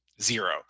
zero